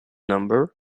number